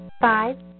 Five